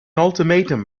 ultimatum